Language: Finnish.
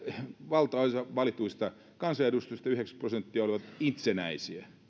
valtaosa valituista kansanedustajista yhdeksänkymmentä prosenttia oli itsenäisiä